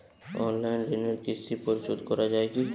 Online ঋণের কিস্তি পরিশোধ করা যায় কি?